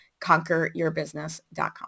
Conqueryourbusiness.com